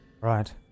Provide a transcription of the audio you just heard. Right